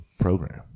program